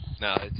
No